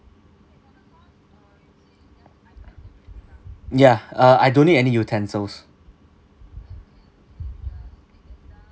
ya uh I don't need any utensils